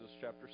chapter